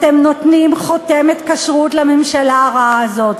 אתם נותנים חותמת כשרות לממשלה הרעה הזאת.